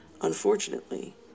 Unfortunately